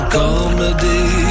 comedy